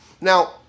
Now